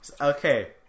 okay